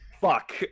fuck